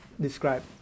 Describe